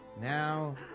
now